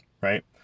Right